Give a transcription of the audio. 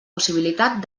possibilitat